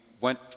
went